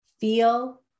feel